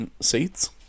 seats